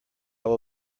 will